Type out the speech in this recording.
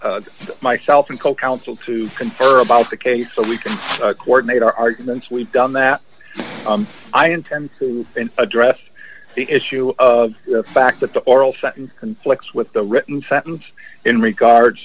asked myself and co counsel to confer about the case so we can coordinate our arguments we've done that i intend to address the issue of the fact that the oral sentence conflicts with the written sentence in regards